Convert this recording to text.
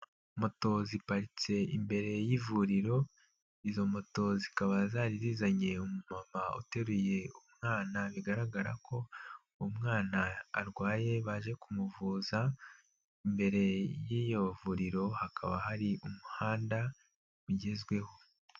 Moto ziparitse imbere y'ivuriro, izo moto zikaba zari zizanye uma mama uteruye umwana bigaragara ko umwana arwaye baje kumuvuza, imbere y'iyo vuriro hakaba hari umuhanda ugezweho.